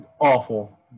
awful